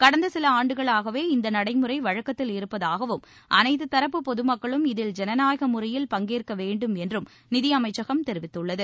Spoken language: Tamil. கடந்த சில ஆண்டுகளாகவே இந்த நடைமுறை வழக்கத்திற்கு இருப்பதாகவும் அனைத்த பொதுமக்களும் இதில் ஜனநாயக முறையில் பங்கேற்க வேண்டும் என்றும் நிதியமைச்சகம் தெரிவித்துள்ளது